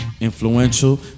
influential